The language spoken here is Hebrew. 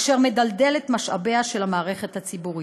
אשר מדלדל את משאביה של המערכת הציבורית.